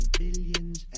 billions